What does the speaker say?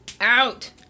out